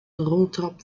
roltrap